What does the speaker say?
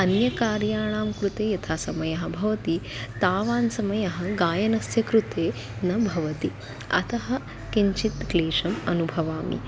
अन्यकार्याणां कृते यथा समयः भवति तावान् समयः गायनस्य कृते न भवति अतः किञ्चित् क्लेशम् अनुभवामि